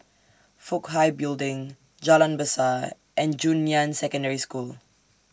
Fook Hai Building Jalan Besar and Junyuan Secondary School